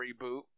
reboot